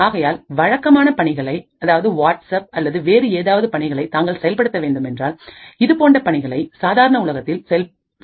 ஆகையால் வழக்கமான பணிகளை அதாவது வாட்ஸ்அப் அல்லது வேறு ஏதாவது பணிகளை தாங்கள் செயல்படுத்த வேண்டுமென்றால் இதுபோன்ற பணிகளை சாதாரண உலகத்தில் செயல்படுத்த வேண்டும்